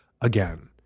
again